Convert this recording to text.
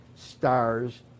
stars